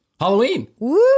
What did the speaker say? Halloween